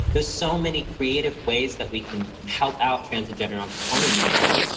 there's so many creative ways that we can help out trans and gender nonconforming people.